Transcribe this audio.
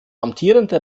amtierende